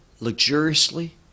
luxuriously